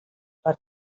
per